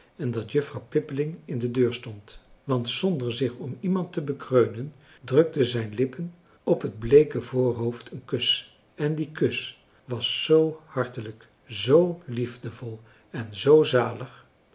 en dat juffrouw pippeling in de deur stond want zonder zich om iemand te bekreunen drukten zijn lippen op het bleeke voorhoofd een kus en die kus was zoo hartelijk zoo liefdevol en zoo zalig